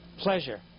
pleasure